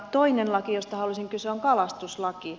toinen laki josta haluaisin kysyä on kalastuslaki